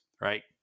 right